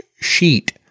sheet